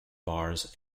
bars